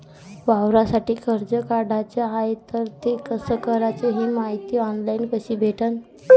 वावरासाठी कर्ज काढाचं हाय तर ते कस कराच ही मायती ऑनलाईन कसी भेटन?